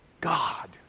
God